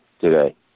today